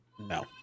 no